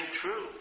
true